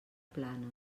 plana